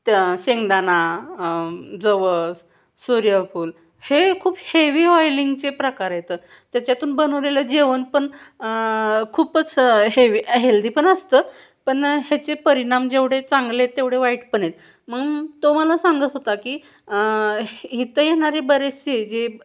त्या शेंगदाणा जवस सूर्यफूल हे खूप हेवी ऑइलिंगचे प्रकार आहेत त्याच्यातून बनवलेलं जेवण पण खूपच हेवी हेल्दी पण असतं पण ह्याचे परिणाम जेवढे चांगले आहेत तेवढे वाईट पण आहेत मग तो मला सांगत होता की इथं येणारे बरेचसे जे